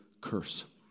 curse